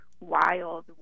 wild